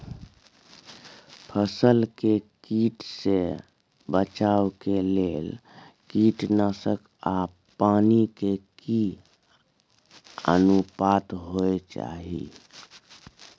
फसल के कीट से बचाव के लेल कीटनासक आ पानी के की अनुपात होय चाही?